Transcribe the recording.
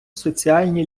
соціальні